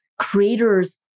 creators